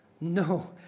No